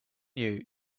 you